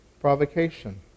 provocation